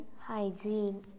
Hygiene